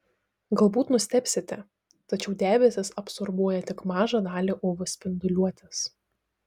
galbūt nustebsite tačiau debesys absorbuoja tik mažą dalį uv spinduliuotės